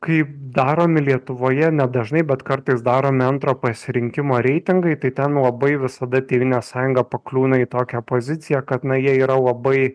kaip daromi lietuvoje nedažnai bet kartais daromi antro pasirinkimo reitingai tai ten labai visada tėvynės sąjunga pakliūna į tokią poziciją kad na jie yra labai